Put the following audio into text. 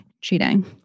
cheating